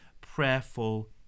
prayerful